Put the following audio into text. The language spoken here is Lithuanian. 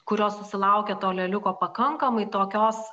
kurios susilaukė to leliuko pakankamai tokios